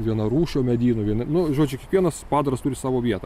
vienarūšio medyno viena nu žodžiu kiekvienas padaras turi savo vietą